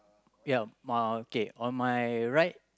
ya uh okay on my right